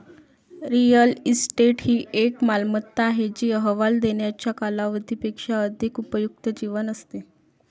real estate ही एक मालमत्ता आहे जी अहवाल देण्याच्या कालावधी पेक्षा अधिक उपयुक्त जीवन असते